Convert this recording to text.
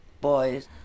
boys